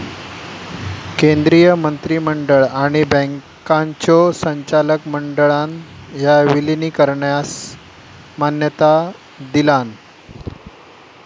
केंद्रीय मंत्रिमंडळ आणि बँकांच्यो संचालक मंडळान ह्या विलीनीकरणास मान्यता दिलान